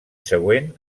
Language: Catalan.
següent